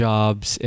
Jobs